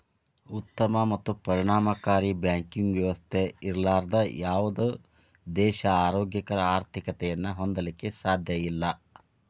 ಉತ್ತಮ ಮತ್ತು ಪರಿಣಾಮಕಾರಿ ಬ್ಯಾಂಕಿಂಗ್ ವ್ಯವಸ್ಥೆ ಇರ್ಲಾರ್ದ ಯಾವುದ ದೇಶಾ ಆರೋಗ್ಯಕರ ಆರ್ಥಿಕತೆಯನ್ನ ಹೊಂದಲಿಕ್ಕೆ ಸಾಧ್ಯಇಲ್ಲಾ